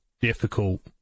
difficult